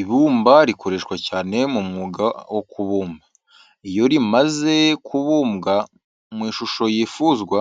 Ibumba rikoreshwa cyane mu mwuga wo kubumba. Iyo rimaze kubumbwa mu ishusho yifuzwa,